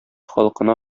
халкына